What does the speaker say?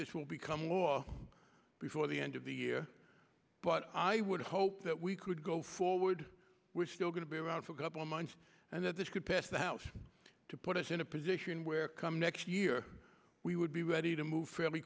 this will become law before the end of the year but i would hope that we could go forward we're still going to be around for a couple months and that this could pass the house to put us in a position where come next year we would be ready to move fairly